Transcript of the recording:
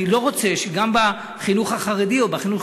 אני לא רוצה שגם בחינוך החרדי או בחינוך